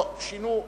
לא, שינו.